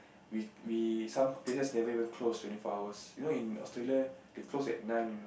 with with some places never even close twenty four hours you know in Australia they close at nine you know